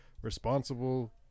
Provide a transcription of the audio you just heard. Responsible